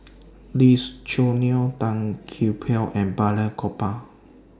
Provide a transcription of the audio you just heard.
Lee Choo Neo Tan Gee Paw and Balraj Gopal